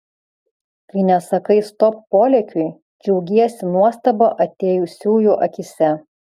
kai nesakai stop polėkiui džiaugiesi nuostaba atėjusiųjų akyse